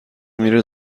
میره